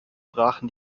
brachen